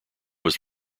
was